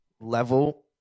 level